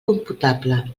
computable